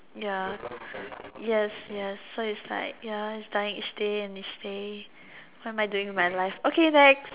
ya yes yes so it's like ya it's dying each day and each day what am I doing with my life okay next